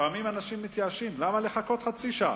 שאנשים מתייאשים, למה לחכות חצי שעה?